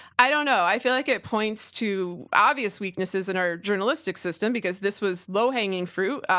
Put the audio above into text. i don't know. i feel like it points to obvious weaknesses in our journalistic system, because this was low-hanging fruit.